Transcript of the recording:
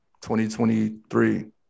2023